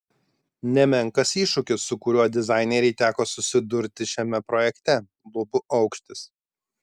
nemenkas iššūkis su kuriuo dizainerei teko susidurti šiame projekte lubų aukštis